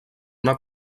una